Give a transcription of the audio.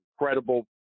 incredible